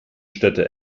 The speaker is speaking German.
städte